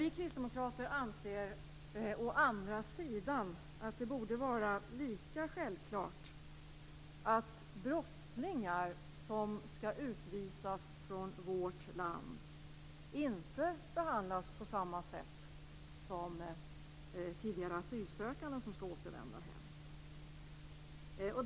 Vi kristdemokrater anser å andra sidan att det borde vara lika självklart att brottslingar som skall utvisas från vårt land inte behandlas på samma sätt som tidigare asylsökande som skall återvända hem.